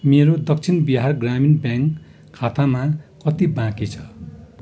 मेरो दक्षिण बिहार ग्रामीण ब्याङ्क खातामा कति बाँकी छ